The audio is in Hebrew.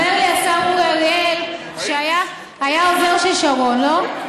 אומר לי השר אורי אריאל, שהיה העוזר של שרון, לא?